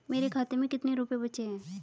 मेरे खाते में कितने रुपये बचे हैं?